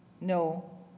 no